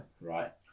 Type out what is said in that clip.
right